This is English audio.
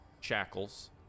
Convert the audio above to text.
shackles